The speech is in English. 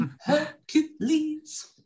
Hercules